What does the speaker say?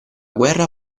guerra